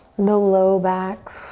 the low back.